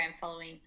following